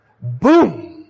Boom